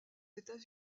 états